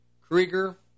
Krieger